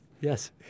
Yes